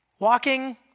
Walking